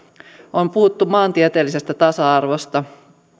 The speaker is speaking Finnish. on puhuttu maantieteellisestä tasa arvosta